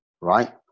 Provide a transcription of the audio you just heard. Right